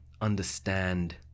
understand